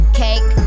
cake